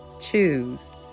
choose